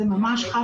זה ממש חרטא.